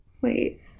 Wait